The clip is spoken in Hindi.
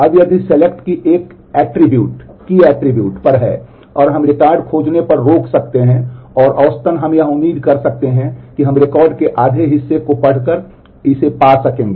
अब यदि सेलेक्ट पर है और हम रिकॉर्ड खोजने पर रोक सकते हैं और औसतन हम यह उम्मीद कर सकते हैं कि हम रिकॉर्ड के आधे हिस्से को पढ़कर इसे पा सकेंगे